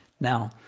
Now